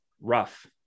rough